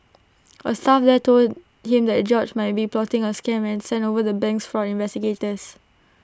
A staff there told him that George might be plotting A scam and sent over the bank's fraud investigators